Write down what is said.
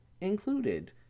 included